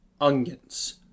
onions